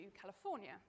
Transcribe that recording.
California